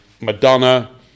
Madonna